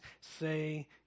say